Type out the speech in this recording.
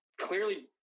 clearly